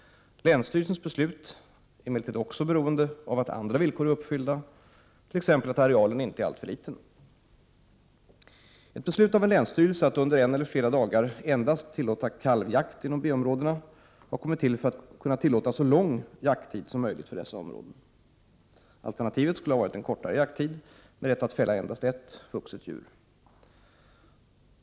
Länsstyrelsens beslut är emellertid också beroende av att andra villkor är uppfyllda, t.ex. att arealen inte är alltför liten. Ett beslut av en länsstyrelse att under en eller flera dagar endast tillåta kalvjakt inom B-områdena har kommit till för att kunna tillåta så lång jakttid som möjligt för dessa områden. Alternativet skulle ha varit en kortare jakttid Prot. 1988/89:51 med rätt att fälla endast ett vuxet djur.